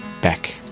back